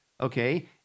okay